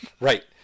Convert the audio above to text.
Right